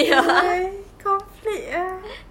eh conflict ah